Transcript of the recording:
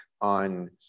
on